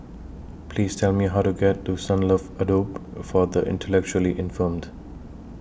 Please Tell Me How to get to Sunlove Abode For The Intellectually Infirmed